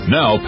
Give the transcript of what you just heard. Now